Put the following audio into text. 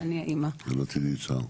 שלא תדעי צער.